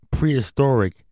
prehistoric